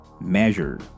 measure